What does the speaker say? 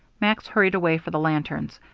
max hurried away for the lanterns,